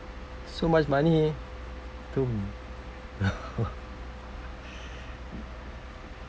so much money to